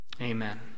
Amen